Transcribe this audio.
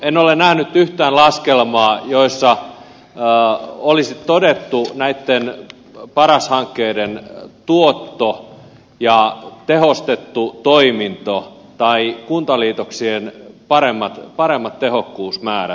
en ole nähnyt yhtään laskelmaa jossa olisi todettu tämän paras hankkeen tuotto ja tehostettu toiminto tai kuntaliitoksien paremmat tehokkuusmäärät